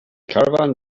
caravan